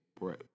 right